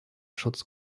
schutz